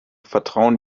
vertrauen